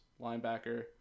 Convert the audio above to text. linebacker